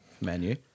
Menu